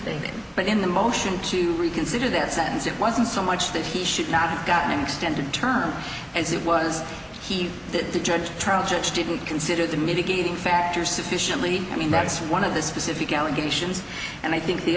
isn't but in the motion to reconsider that sentence it wasn't so much that he should not have got an extended term as it was he judged trial judge didn't consider the media giving factor sufficiently i mean that's one of the specific allegations and i think the